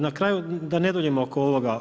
Na kraju da ne duljim oko ovoga.